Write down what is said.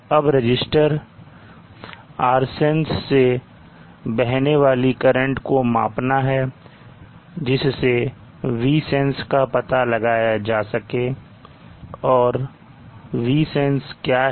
अब register Rsense से बहने वाली करंट को मापना है जिससे Vsense का पता लगाया जा सके और Vsense क्या है